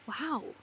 Wow